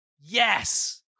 yes